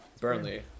Burnley